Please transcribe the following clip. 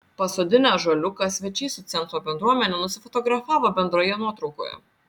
pasodinę ąžuoliuką svečiai su centro bendruomene nusifotografavo bendroje nuotraukoje